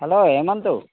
hello Hemant